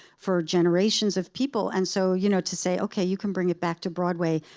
for generations of people. and so you know to say, ok, you can bring it back to broadway,